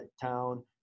town